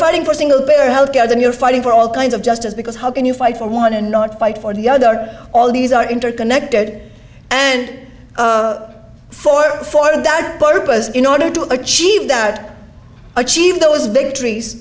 fighting for single better health care then you're fighting for all kinds of justice because how can you fight for one and not fight for the other all these are interconnected and for four and that purpose in order to achieve that achieve those